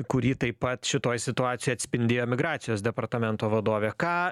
kurį taip pat šitoj situacijoj atspindėjo migracijos departamento vadovė ką